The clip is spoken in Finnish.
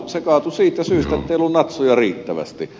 se kaatui siitä syystä ettei ollut natsoja riittävästi